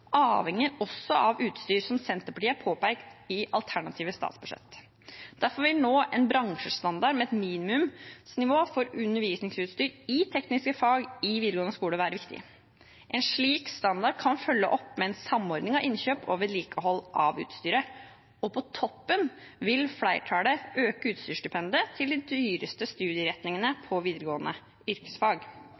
avhenger også av utstyr, som Senterpartiet har påpekt i alternativt statsbudsjett. Derfor vil nå en bransjestandard med et minimumsnivå for undervisningsutstyr i tekniske fag i videregående skole være viktig. En slik standard kan følges opp med en samordning av innkjøp og vedlikehold av utstyret. På toppen av det vil flertallet øke utstyrsstipendet til de dyreste studieretningene på videregående yrkesfag.